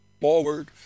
forward